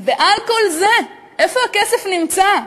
ועל כל זה, איפה הכסף נמצא?